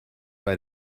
bei